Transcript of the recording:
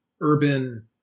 urban